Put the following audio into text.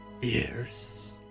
years